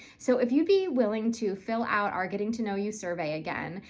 so if you'd be willing to fill out our getting to know you survey again,